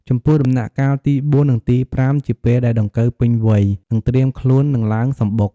ចំពោះដំណាក់កាលទី៤ និងទី៥ ជាពេលដែលដង្កូវពេញវ័យ នឹងត្រៀមខ្លួននឹងឡើងសំបុក។